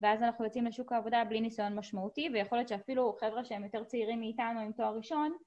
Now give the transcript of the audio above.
‫ואז אנחנו יוצאים לשוק העבודה ‫בלי ניסיון משמעותי, ‫ויכול להיות שאפילו חבר'ה שהם ‫יותר צעירים מאיתנו עם תואר ראשון.